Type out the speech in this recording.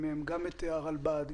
גם את הרלב"ד,